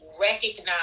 recognize